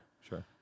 sure